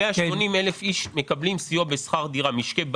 180,000 משקי בית מקבלים סיוע בשכר דירה.